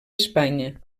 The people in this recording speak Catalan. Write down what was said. espanya